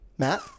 Matt